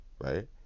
right